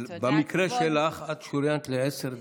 במקרה שלך, את שוריינת לעשר דקות.